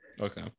okay